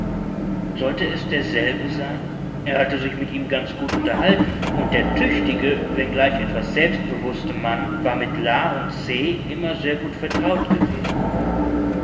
sollte es derselbe sein er hatte sich mit ihm ganz gut unterhalten und der tüchtige wenngleich etwas selbstbewußte mann war mit la und se immer sehr vertraut gewesen